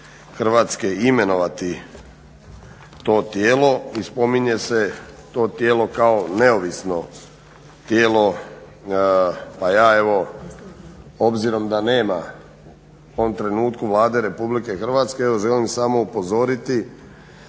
Hrvatske imenovati to tijelo i spominje se to tijelo kao neovisno tijelo pa ja obzirom da nema u ovom trenutku Vlade Republike Hrvatske želim samo upozoriti